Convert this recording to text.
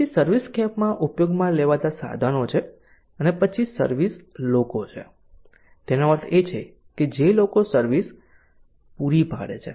પછી સર્વિસસ્કેપમાં ઉપયોગમાં લેવાતા સાધનો છે અને પછી સર્વિસ લોકો છે તેનો અર્થ એ છે કે જે લોકો સર્વિસ પૂરી પાડે છે